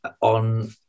on